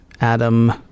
Adam